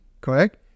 correct